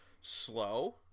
slow